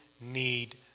need